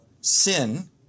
sin